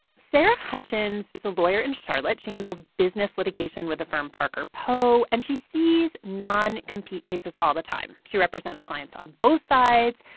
sarah hutchins is a lawyer in charlotte. she handles business litigation with the firm parker poe, and she sees non-compete cases all the time. she represents clients on both sides,